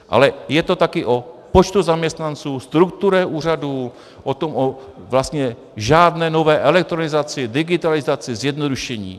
Ale je to taky o počtu zaměstnanců, struktuře úřadů, o vlastně žádné nové elektronizaci, digitalizaci, zjednodušení.